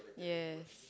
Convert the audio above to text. yes